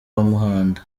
muhanda